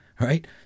right